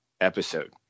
episode